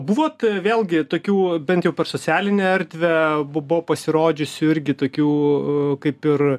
buvot vėlgi tokių bent jau socialinę erdvę buvo pasirodžiusių irgi tokių kaip ir